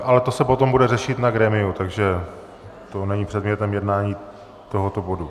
Ale to se potom bude řešit na grémiu, takže to není předmětem jednání u tohoto bodu.